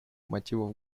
мотивов